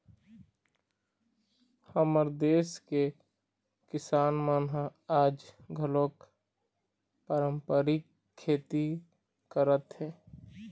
हमर देस के किसान मन ह आज घलोक पारंपरिक खेती करत हे